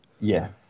Yes